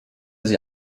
sie